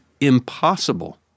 impossible